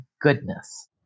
Goodness